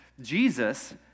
Jesus